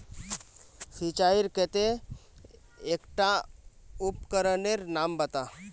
सिंचाईर केते एकटा उपकरनेर नाम बता?